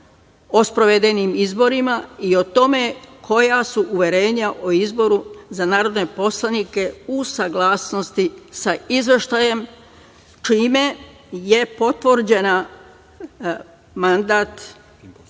o sprovedenim izborima i o tome koja su uverenja o izboru za narodne poslanike u saglasnosti sa izveštajem, čime je potvrđen mandat